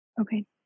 Okay